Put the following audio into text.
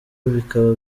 bikaba